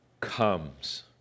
comes